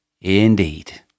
Indeed